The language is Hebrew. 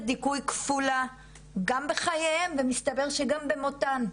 דיכוי כפולה גם בחייהן ומסתבר שגם במותן.